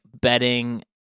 betting